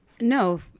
No